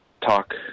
talk